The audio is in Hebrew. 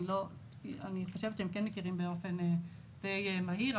אני חושבת שהם כן מכירים באופן די מהיר,